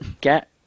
get